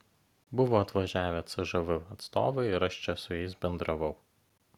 buvo atvažiavę cžv atstovai ir aš čia su jais bendravau